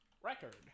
record